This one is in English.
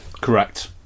Correct